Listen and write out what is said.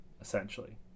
essentially